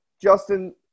Justin